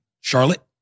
Charlotte